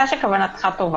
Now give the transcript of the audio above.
שכוונתך טובה,